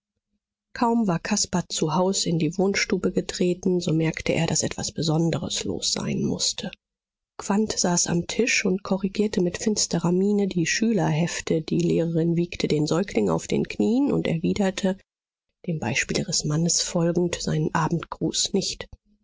kaum war caspar zu haus in die wohnstube getreten so merkte er daß etwas besonderes los sein mußte quandt saß am tisch und korrigierte mit finsterer miene die schülerhefte die lehrerin wiegte den säugling auf den knien und erwiderte dem beispiel ihres mannes folgend seinen abendgruß nicht